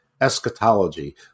eschatology